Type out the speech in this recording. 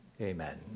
Amen